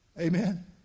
Amen